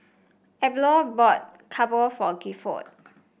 Adolph bought Dhokla for Gifford